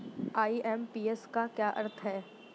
IMPS का क्या अर्थ है?